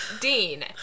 Dean